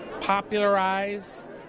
popularize